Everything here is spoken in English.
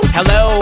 Hello